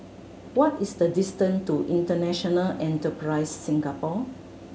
what is the distant to International Enterprise Singapore